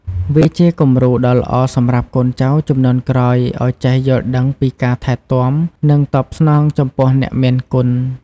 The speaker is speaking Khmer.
វាជាគំរូដ៏ល្អសម្រាប់កូនចៅជំនាន់ក្រោយឱ្យចេះយល់ដឹងពីការថែទាំ និងតបស្នងចំពោះអ្នកមានគុណ។